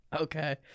Okay